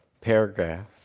paragraph